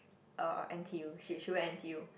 um n_t_u she she went n_t_u